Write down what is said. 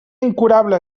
incurable